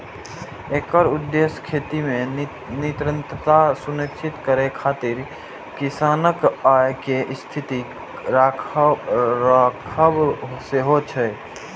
एकर उद्देश्य खेती मे निरंतरता सुनिश्चित करै खातिर किसानक आय कें स्थिर राखब सेहो छै